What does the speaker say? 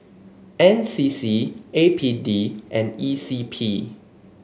N C C A P D and E C P